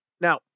Now